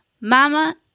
mama